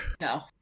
No